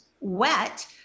wet